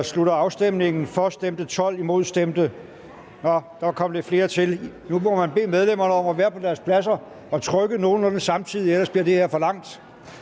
slutter afstemningen. For stemte 12 ... Nå, der kom lidt flere til. Nu må jeg bede medlemmerne om at være på deres pladser og trykke nogenlunde samtidig, ellers bliver det her for langt.